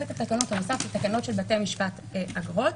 סט התקנות הנוסף זה תקנות של בתי המשפט (אגרות).